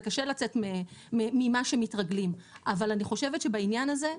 זה קשה לצאת ממה שמתרגלים אבל אני חושבת שבעניין הזה,